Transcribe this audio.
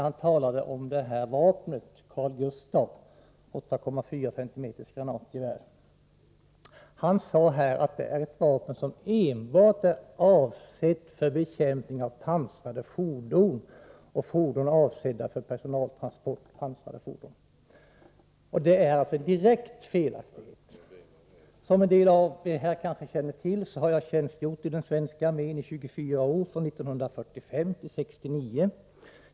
Han talade om vapnet Carl Gustaf, ett 8,4 cm granatgevär, och sade att det är ett vapen som enbart är avsett för bekämpning av pansrade fordon, bl.a. avsedda för personaltransporter. Detta är helt felaktigt. Som en del av er kanske känner till har jag tjänstgjort i den svenska armén i 24 år, från 1945 till 1969.